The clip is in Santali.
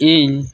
ᱤᱧ